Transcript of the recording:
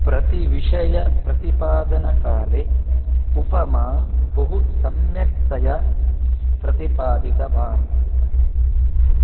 प्रतिविषयप्रतिपादनकाले उपमां बहु सम्यक्तया प्रतिपादितवान्